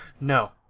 No